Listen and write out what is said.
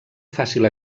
fàcil